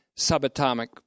subatomic